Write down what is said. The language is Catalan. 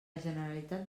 generalitat